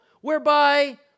whereby